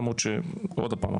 למרות שעוד הפעם,